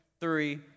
three